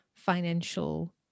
financial